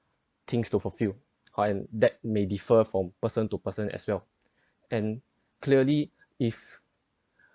things to fulfil while that may differ from person to person as well and clearly if